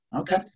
Okay